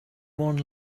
one